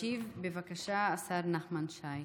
ישיב, בבקשה, השר נחמן שי.